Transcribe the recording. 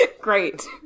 Great